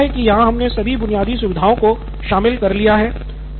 मुझे लगता है कि यहाँ हमने सभी बुनियादी सुविधाओं को शामिल कर लिया है